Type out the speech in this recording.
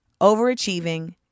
Overachieving